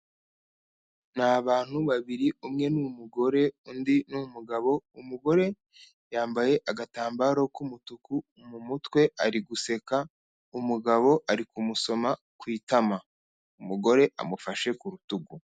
Ni abantu babiri, umwe ni umugore, undi ni umugabo, umugore yambaye agatambaro k'umutuku mu mutwe ari guseka, umugabo ari kumusoma ku itama. Umugore amufashe ku rutugu.